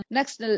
Next